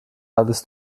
alles